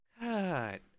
God